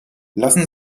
lassen